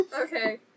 Okay